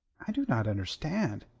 i do not understand,